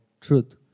truth